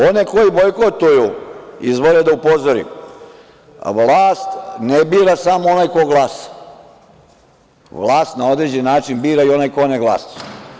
One koji bojkotuju izbore da upozorim – vlast ne bira samo onaj ko glasa, vlast na određen način bira i onaj ko ne glasa.